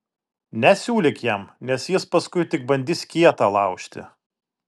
nesiūlyk jam nes jis paskui tik bandys kietą laužti